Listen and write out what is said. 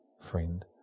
friend